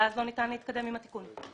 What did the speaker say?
ואז לא ניתן להתקדם עם התיקון.